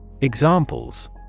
Examples